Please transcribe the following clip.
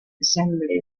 assembly